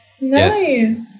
Nice